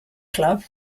club